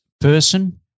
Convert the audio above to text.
person